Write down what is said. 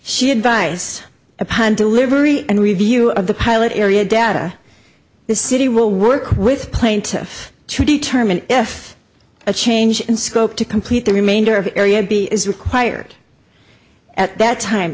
she had vice upon delivery and review of the pilot area data the city will work with plaintiff to determine if a change in scope to complete the remainder of area b is required at that time